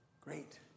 Great